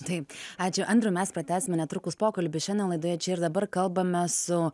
taip ačiū andriau mes pratęsime netrukus pokalbį šiandien laidoje čia ir dabar kalbamės su